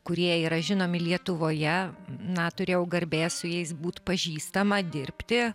kurie yra žinomi lietuvoje na turėjau garbės su jais būt pažįstama dirbti